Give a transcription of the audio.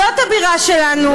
זאת הבירה שלנו,